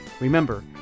Remember